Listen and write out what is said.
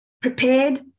prepared